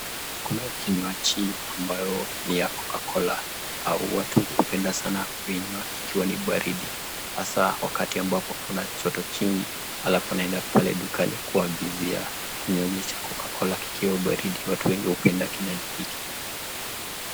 Kunao kinywaji ambayo ni ya Coca-cola hao watu hupenda sana kuinywa ikiwa ni baridi. Hasa wakati ambapo kuna joto jingi. Alafu unaenda pale dukani kuagizia kinywaji cha Coca cola ikiwa baridi. Watu wengi hupenda sana kinywaji hili.